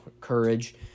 courage